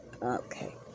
Okay